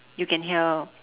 you can help